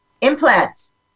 implants